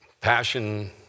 passion